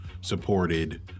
supported